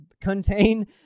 contain